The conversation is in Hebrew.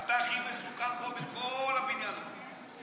אתה הכין מסוכן פה בכל הבניין הזה.